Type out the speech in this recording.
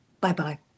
Bye-bye